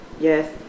Yes